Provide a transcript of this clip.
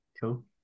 cool